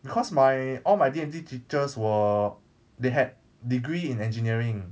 because my all my D&T teachers were they had degree in engineering